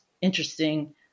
interesting